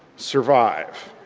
survive.